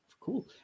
Cool